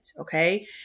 okay